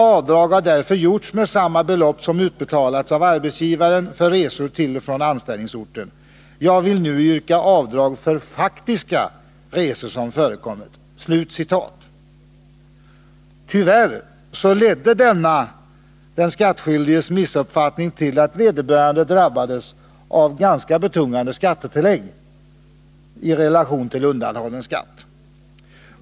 Avdrag har därför från anställningsorten. Jag vill nu yrka avdrag för faktiska resor som Traktaments Prokommit,= :| TA 4 beskattning Tyvärr ledde den skatteskyldiges missuppfattning till att vederbörande drabbades av ganska betungande skattetillägg i relation till undanhållen skatt.